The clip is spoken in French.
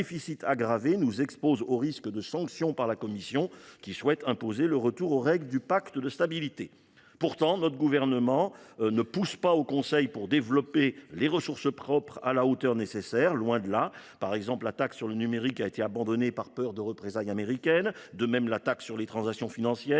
déficit aggravé nous expose au risque de sanctions de la Commission européenne, qui souhaite imposer le retour aux règles du pacte de stabilité. Pourtant, le Gouvernement ne pousse pas, au sein du Conseil, pour développer les ressources propres, loin de là. Par exemple, la taxe sur le numérique a été abandonnée par peur de représailles américaines, de même que la taxe sur les transactions financières,